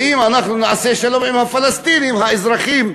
בשלה אם אנחנו נעשה שלום עם הפלסטינים, האזרחים,